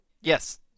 Yes